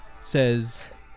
says